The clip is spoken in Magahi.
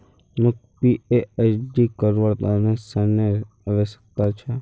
मौक पीएचडी करवार त न ऋनेर आवश्यकता छ